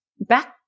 Back